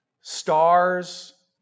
stars